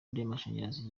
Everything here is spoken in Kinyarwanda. ry’amashanyarazi